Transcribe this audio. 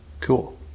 Cool